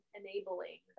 enabling